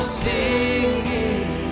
singing